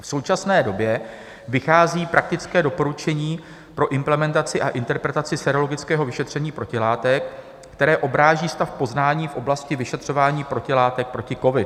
V současné době vychází praktické doporučení pro implementaci a interpretaci sérologického vyšetření protilátek, které odráží stav poznání v oblasti vyšetřování protilátek proti covidu.